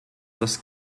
das